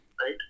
right